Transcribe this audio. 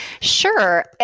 Sure